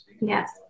Yes